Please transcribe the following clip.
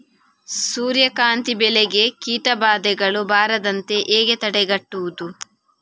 ಸೂರ್ಯಕಾಂತಿ ಬೆಳೆಗೆ ಕೀಟಬಾಧೆಗಳು ಬಾರದಂತೆ ಹೇಗೆ ತಡೆಗಟ್ಟುವುದು?